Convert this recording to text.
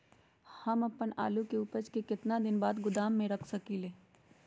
हम अपन आलू के ऊपज के केतना दिन बाद गोदाम में रख सकींले?